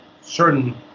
certain